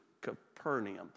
Capernaum